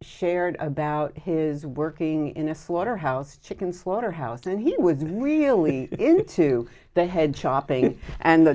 shared about his working in a slaughterhouse can slaughter house and he was really into the head chopping and